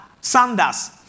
Sanders